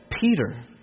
Peter